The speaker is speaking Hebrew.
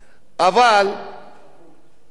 תרגום.